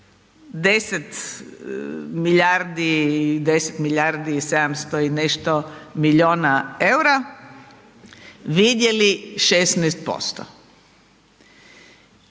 10 milijardi i 700 i nešto milijuna eura, vidjeli 16%.